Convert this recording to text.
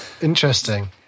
interesting